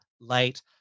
late